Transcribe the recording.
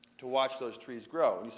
to watch those trees grow. and you